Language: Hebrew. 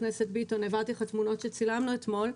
תמונות שצילמנו אתמול,